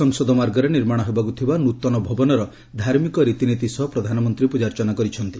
ସଂସଦ ମାର୍ଗରେ ନିର୍ମାଣ ହେବାକୁ ଥିବା ନୁତନ ଭବନର ଧାର୍ମିକ ରୀତିନୀତି ସହ ପ୍ରଧାନମନ୍ତୀ ପୂକାର୍ଚ୍ଚନା କରିଛନ୍ତି